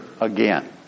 again